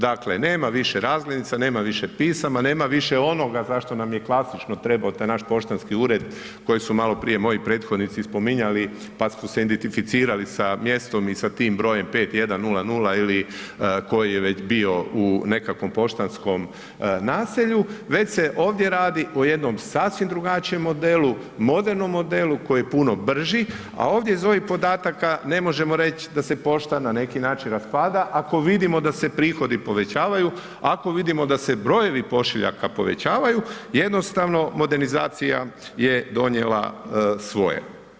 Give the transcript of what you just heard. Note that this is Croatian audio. Dakle, nema više razglednica, nema više pisama, nema više onoga zašto nam je klasično trebao taj naš poštanski ured koji su maloprije moji prethodnici spominjali pa smo se identificirali sa mjestom i sa tim brojem 5100 ili koji je već bio u nekakvom poštanskom naselju, već se ovdje radi o jednom sasvim drugačijem modelu, modernom modelu koji je puno brži, a ovdje iz ovih podataka ne možemo reći da se pošta na neki način raspada, ako vidimo da se prihodi povećavaju, ako vidimo da se brojevi pošiljaka povećavaju, jednostavno, modernizacija je donijela svoje.